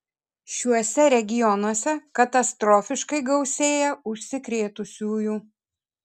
šiuose regionuose katastrofiškai gausėja užsikrėtusiųjų